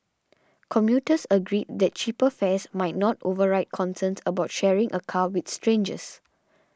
commuters agreed that cheaper fares might not override concerns about sharing a car with strangers